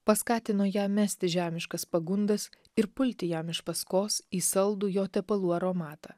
paskatino ją mesti žemiškas pagundas ir pulti jam iš paskos į saldų jo tepalų aromatą